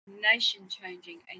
nation-changing